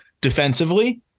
defensively